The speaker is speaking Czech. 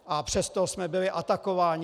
A přesto jsme byli atakováni.